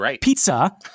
pizza